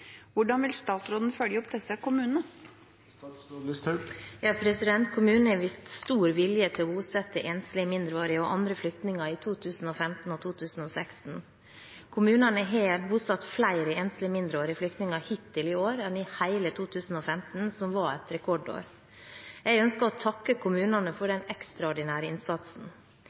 Hvordan vil statsråden følge opp disse kommunene?» Kommunene har vist stor vilje til å bosette enslige mindreårige og andre flyktninger i 2015 og 2016. Kommunene har bosatt flere enslige mindreårige flyktninger hittil i år enn i hele 2015, som var et rekordår. Jeg ønsker å takke kommunene for den ekstraordinære innsatsen.